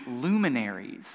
luminaries